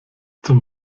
zum